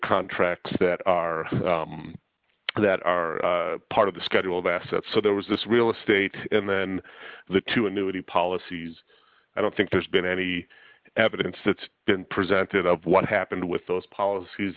contracts that are that are part of the schedule of the assets so there was this real estate and then the two annuity policies i don't think there's been any evidence that's been presented of what happened with those policies